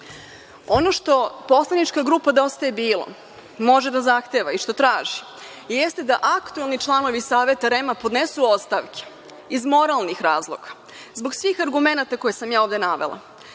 što poslanička grupa DJB može da zahteva i što traži jeste da aktuelni članovi Saveta REM-a podnesu ostavke iz moralnih razloga zbog svih argumenta koje sam ovde navela,